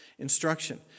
instruction